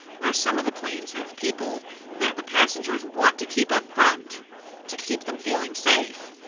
where some of the planes have people that the passengers want to keep up front to keep them feeling safe.